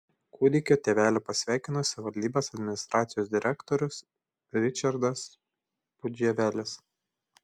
kūdikio tėvelį pasveikino savivaldybės administracijos direktorius ričardas pudževelis